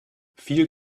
viel